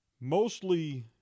mostly